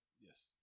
Yes